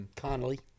Connolly